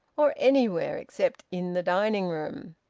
or anywhere except in the dining-room.